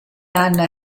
anna